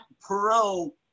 pro-